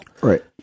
Right